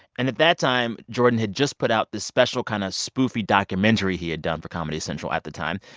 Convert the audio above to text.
and at that time, jordan had just put out this special kind of spoofy documentary he had done for comedy central at the time.